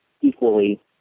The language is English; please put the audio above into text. equally